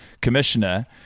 commissioner